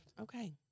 Okay